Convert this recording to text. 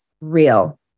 real